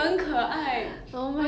portray herself is just